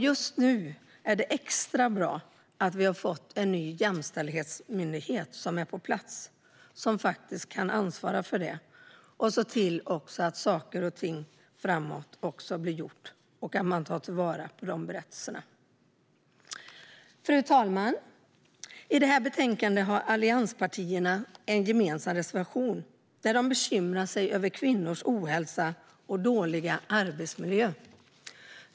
Just nu är det extra bra att vi har fått en ny jämställdhetmyndighet som kan ansvara för detta och se till att saker och ting blir gjorda framöver och att man kan ta vara på de här berättelserna. Fru talman! I det här betänkandet har allianspartierna en gemensam reservation där de bekymrar sig över kvinnors ohälsa och dåliga arbetsmiljö.